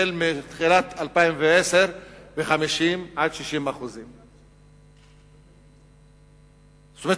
מתחילת 2010 ב-50% 60%. כלומר,